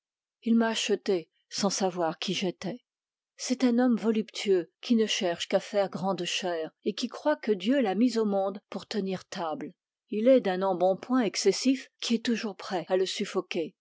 il m'a achetée sans savoir qui j'étais c'est un homme voluptueux qui ne cherche qu'à faire grande chère et qui croit que dieu l'a mis au monde pour tenir table il est d'un embonpoint excessif qui est toujours prêt à le